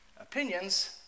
opinions